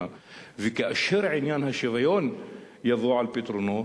וכאשר עניין השוויון יבוא על פתרונו,